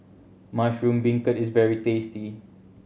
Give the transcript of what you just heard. mushroom beancurd is very tasty